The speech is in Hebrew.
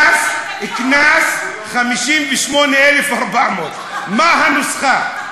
קנס 58,400. מה הנוסחה?